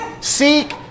seek